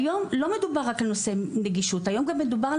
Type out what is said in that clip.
נשיא האוניברסיטה העברית.